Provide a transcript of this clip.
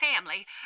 family